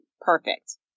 Perfect